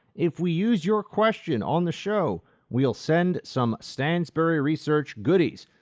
if we use your question on the show we'll send some stansberry research goodies.